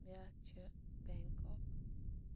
بیاکھ چھِ بینٛکوک